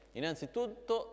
innanzitutto